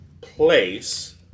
place